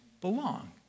belong